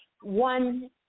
one